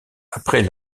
après